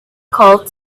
called